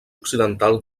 occidental